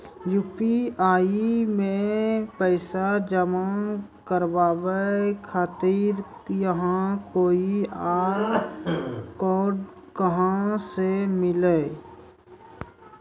UPI मे पैसा जमा कारवावे खातिर ई क्यू.आर कोड कहां से मिली?